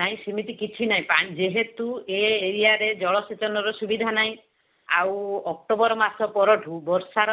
ନାଇ ସେମିତି କିଛି ନାଇ ଯେହେତୁ ଏ ଏରିଆରେ ଜଳ ସେଚନର ସୁବିଧା ନାହିଁ ଆଉ ଅକ୍ଟୋବର ମାସ ପରଠୁ ବର୍ଷାର